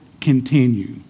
continue